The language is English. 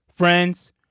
Friends